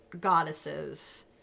goddesses